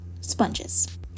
sponges